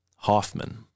Hoffman